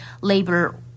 labor